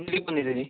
त्याची